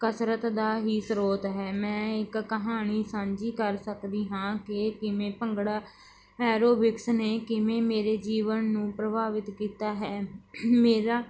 ਕਸਰਤ ਦਾ ਹੀ ਸਰੋਤ ਹੈ ਮੈਂ ਇੱਕ ਕਹਾਣੀ ਸਾਂਝੀ ਕਰ ਸਕਦੀ ਹਾਂ ਕਿ ਕਿਵੇਂ ਭੰਗੜਾ ਐਰੋਬਿਕਸ ਨੇ ਕਿਵੇਂ ਮੇਰੇ ਜੀਵਨ ਨੂੰ ਪ੍ਰਭਾਵਿਤ ਕੀਤਾ ਹੈ ਮੇਰਾ